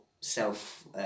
self